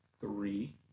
three